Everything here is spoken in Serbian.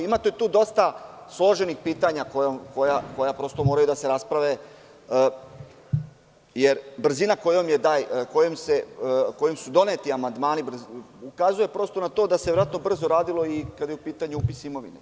Imate tu dosta složenih pitanja koja moraju da se isprave jer brzina kojom su doneti amandmani ukazuje na to da se verovatno brzo radilo i kad je u pitanju upis imovine.